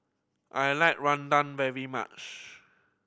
I like rendang very much